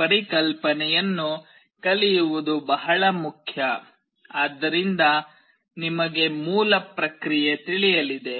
ಪರಿಕಲ್ಪನೆಯನ್ನು ಕಲಿಯುವುದು ಬಹಳ ಮುಖ್ಯ ಆದ್ದರಿಂದ ನಿಮಗೆ ಮೂಲ ಪ್ರಕ್ರಿಯೆ ತಿಳಿಯಲಿದೆ